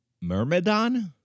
Myrmidon